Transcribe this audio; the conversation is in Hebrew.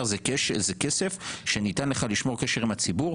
זה כסף שניתן לך כדי לשמור על קשר עם הציבור,